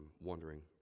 wondering